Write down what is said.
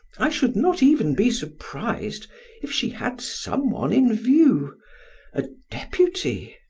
i should not even be surprised if she had some one in view a deputy!